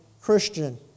Christian